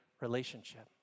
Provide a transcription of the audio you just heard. relationship